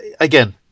again